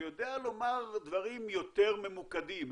שיודע לומר דברים יותר ממוקדים.